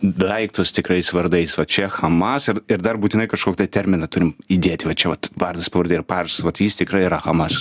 daiktus tikrais vardais va čia hamas ir ir dar būtinai kažkokį tai terminą turim įdėt va čia vat vardas pavardė ir parašas vat jis tikrai yra hamas